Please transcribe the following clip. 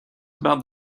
about